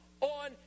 on